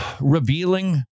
revealing